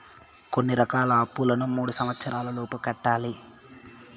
కొన్ని రకాల అప్పులను మూడు సంవచ్చరాల లోపు కట్టాలి